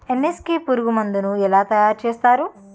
NSK పురుగు మందు ను ఎలా తయారు చేస్తారు?